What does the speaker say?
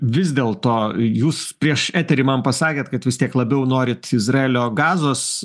vis dėlto jūs prieš eterį man pasakėt kad vis tiek labiau norit izraelio gazos